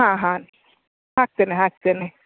ಹಾಂ ಹಾಂ ಹಾಕ್ತೇನೆ ಹಾಕ್ತೇನೆ